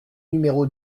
numéro